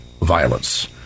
violence